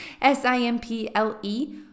S-I-M-P-L-E